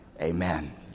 Amen